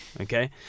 Okay